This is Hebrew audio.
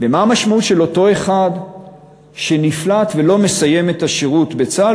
ומה המשמעות של אותו אחד שנפלט ולא מסיים את השירות בצה"ל,